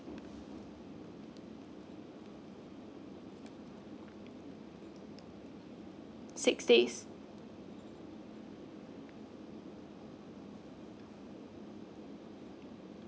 six days